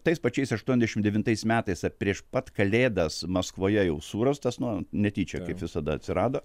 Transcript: tais pačiais aštuondešimt devintais metais prieš pat kalėdas maskvoje jau surastas nu netyčia kaip visada atsirado